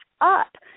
up